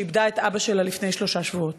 שאיבדה את אבא שלה לפני שלושה שבועות: